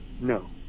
No